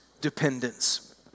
dependence